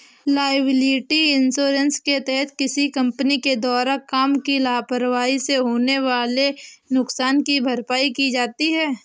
liability insurance के तहत किसी कंपनी के द्वारा काम की लापरवाही से होने वाले नुकसान की भरपाई की जाती है